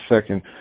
second